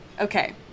Okay